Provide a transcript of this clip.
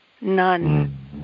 none